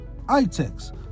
iTex